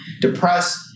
depressed